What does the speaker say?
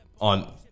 on